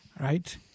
right